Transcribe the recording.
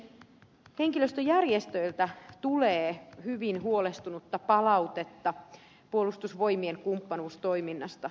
henkilöstöjärjestöiltä tulee hyvin huolestunutta palautetta puolustusvoimien kumppanuustoiminnasta